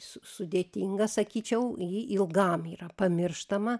su sudėtinga sakyčiau ji ilgam yra pamirštama